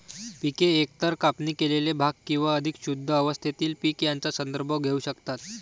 पिके एकतर कापणी केलेले भाग किंवा अधिक शुद्ध अवस्थेतील पीक यांचा संदर्भ घेऊ शकतात